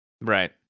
right